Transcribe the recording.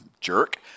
jerk